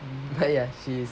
but ya she's